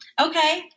Okay